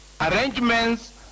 arrangements